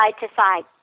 side-to-side